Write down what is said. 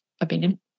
opinion